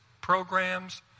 programs